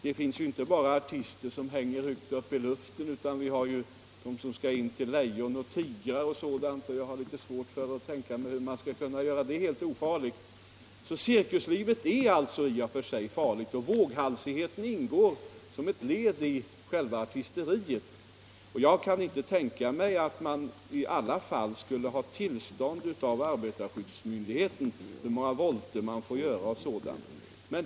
Det finns ju inte bara artister som arbetar högt över marken, utan vi har också sådana som går in till lejon och tigrar etc., och jag har litet svårt att tänka mig hur man skall kunna göra sådant helt ofarligt. Cirkuslivet är i och för sig farligt, och våghalsigheten ingår som ctt led i själva artisteriet. Jag kan inte tänka mig att man skulle ha tillstånd av arbetarskyddsmyndighetien — alltså hur många volter man fick göra och liknande.